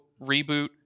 reboot